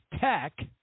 tech